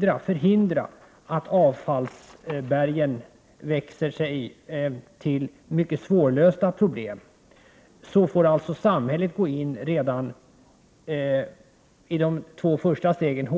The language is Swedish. kunna förhindra att avfallsbergen växer och skapar mycket svårlösta problem, måste gå in med kraftfullare åtgärder än i dag redan i de två första stegen.